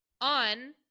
on